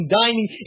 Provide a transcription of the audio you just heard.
dining